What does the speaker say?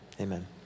amen